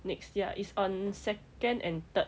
next ya is on second and third